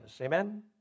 amen